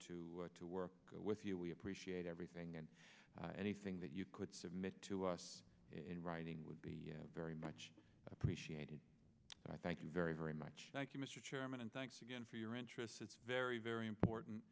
to work with you we appreciate everything and anything that you could submit to us in writing would be very much appreciated and i thank you very very much thank you mr chairman and thanks again for your interest it's very very important